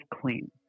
clean